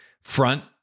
front